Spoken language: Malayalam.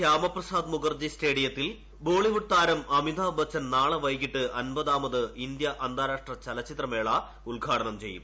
ശ്യാമപ്രസാദ് മുഖർജി സ്റ്റേഡിയത്തിൽ ബോളിവുഡ് താരം അമിതാഭ് ബച്ചൻ നാളെ വൈകിട്ട് അമ്പതാമത് ഇന്ത്യ അന്താരാഷ്ട്ര ചലച്ചിത്രമേള ഉദ്ഘാടനം ചെയ്യും